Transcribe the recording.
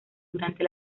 durante